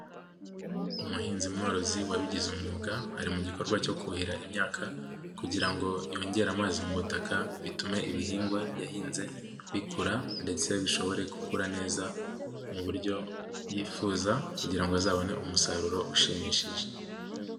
Umuhinzi mworozi wabigize umwuga ari mu gikorwa cyo kuhira imyaka kugira ngo yongere amazi mu butaka, bitume ibihingwa yahinze bikura ndetse bishobore gukura neza mu buryo yifuza kugira ngo azabone umusaruro ushimishije.